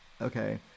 Okay